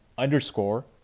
underscore